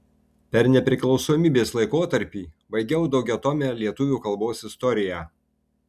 per nepriklausomybės laikotarpį baigiau daugiatomę lietuvių kalbos istoriją